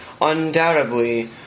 undoubtedly